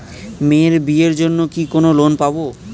মেয়ের বিয়ের জন্য কি কোন লোন পাব?